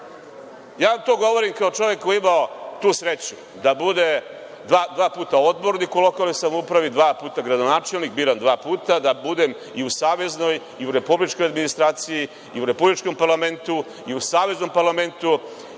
vam to govorim kao čovek koji je imao tu sreću da bude dva puta odbornik u lokalnoj samoupravi, dva puta gradonačelnik, biran dva puta da budem i u saveznoj i u republičkoj administraciji i u Republičkom parlamentu i u Saveznom parlamentu